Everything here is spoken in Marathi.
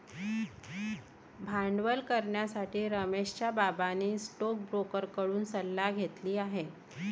भांडवल करण्यासाठी रमेशच्या बाबांनी स्टोकब्रोकर कडून सल्ला घेतली आहे